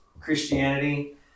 Christianity